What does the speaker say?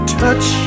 touch